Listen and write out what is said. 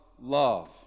love